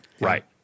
Right